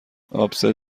آبسه